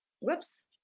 Whoops